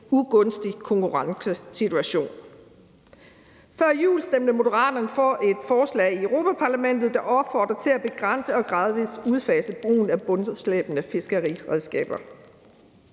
ugunstig konkurrencesituation. Før jul stemte Moderaterne for et forslag i Europa-Parlamentet, der opfordrer til at begrænse og gradvis udfase brugen af bundslæbende fiskeriredskaber.